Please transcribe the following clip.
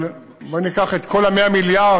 אבל בואי ניקח את כל ה-100 מיליארד,